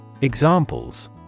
Examples